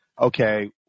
okay